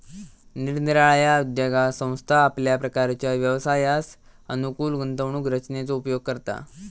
निरनिराळ्या उद्योगात संस्था आपल्या प्रकारच्या व्यवसायास अनुकूल गुंतवणूक रचनेचो उपयोग करता